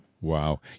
Wow